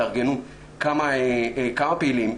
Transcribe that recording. התארגנו כמה פעילים,